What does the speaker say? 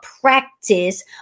practice